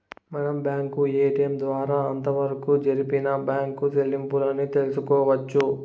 మనం bank ATM ద్వారా అంతవరకు జరిపిన బ్యాంకు సెల్లింపుల్ని తెలుసుకోవచ్చు